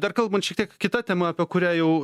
dar kalbant šiek tiek kita tema apie kurią jau